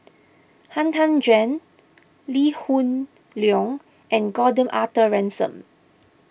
Han Tan Juan Lee Hoon Leong and Gordon Arthur Ransome